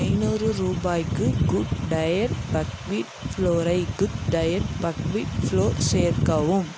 ஐநூறு ரூபாய்க்கு குட்டயட் பக்வீட் ஃப்ளோரை குட்டயட் பக்வீட் ஃப்ளோர் சேர்க்கவும்